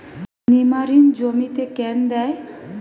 নিমারিন জমিতে কেন দেয়?